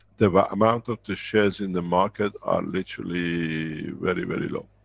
the but amount of the shares in the market are, literally, very, very low,